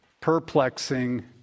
perplexing